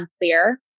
unclear